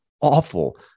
awful